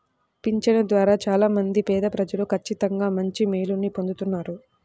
పింఛను ద్వారా చాలా మంది పేదప్రజలు ఖచ్చితంగా మంచి మేలుని పొందుతున్నారు